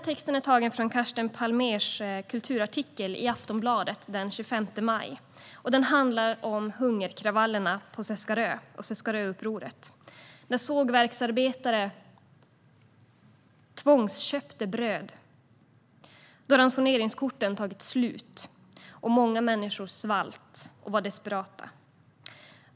Texten är tagen från Carsten Palmærs kulturartikel i Aftonbladet den 25 maj och handlar om Seskaröupproret, hungerkravallerna på Seskarö när sågverksarbetare tvångsköpte bröd då ransoneringskorten tagit slut och många människor svalt och var desperata.